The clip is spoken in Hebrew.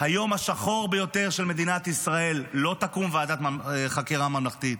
היום השחור ביותר של מדינת ישראל לא תקום ועדת חקירה ממלכתית,